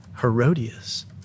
Herodias